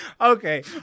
Okay